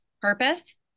purpose